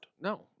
No